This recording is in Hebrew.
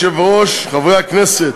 יושב-ראש ועדת הכנסת.